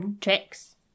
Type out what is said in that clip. Tricks